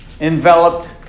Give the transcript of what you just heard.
enveloped